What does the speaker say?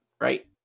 right